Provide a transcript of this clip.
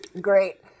Great